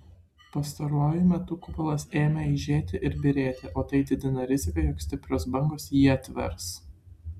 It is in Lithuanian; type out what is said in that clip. pastaruoju metu kupolas ėmė aižėti ir byrėti o tai didina riziką jog stiprios bangos jį atvers